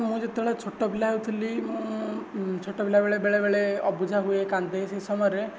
ମୁଁ ଯେତେବେଳେ ଛୋଟ ପିଲା ହୋଇଥିଲି ମୁଁ ଛୋଟ ପିଲା ବେଳେ ବେଳେ ବେଳେ ଅବୁଝା ହୁଏ କାନ୍ଦେ ସେ ସମୟରେ